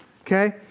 Okay